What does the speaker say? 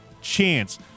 chance